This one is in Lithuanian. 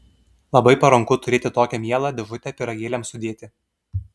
labai paranku turėti tokią mielą dėžutę pyragėliams sudėti